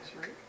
right